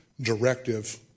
directive